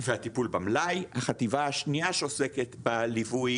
והטיפול במלאי, והחטיבה השנייה שעוסקת בליווי